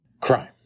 Crime